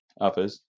others